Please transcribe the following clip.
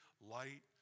light